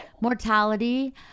mortality